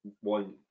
one